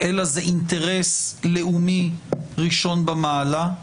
אלא זה אינטרס לאומי ראשון במעלה.